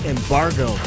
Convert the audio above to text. Embargo